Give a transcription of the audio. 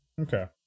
Okay